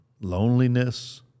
loneliness